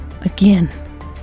again